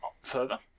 further